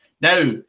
now